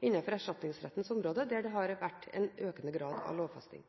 erstatningsrettens område der det har vært en økende grad av lovfesting.